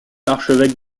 archevêque